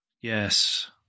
yes